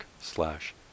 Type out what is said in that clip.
slash